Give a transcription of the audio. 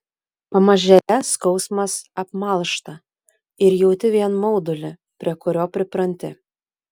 pamažėle skausmas apmalšta ir jauti vien maudulį prie kurio pripranti